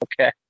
Okay